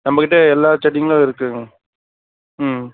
நம்மகிட்ட எல்லா செடிங்களும் இருக்குது ம்